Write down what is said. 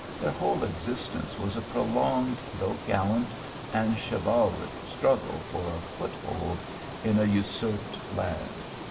their whole existence was a prolonged though gallant and chivalric struggle for a foot-hold in a usurped land.